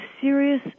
serious